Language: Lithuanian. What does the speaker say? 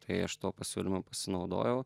tai aš tuo pasiūlymu pasinaudojau